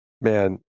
man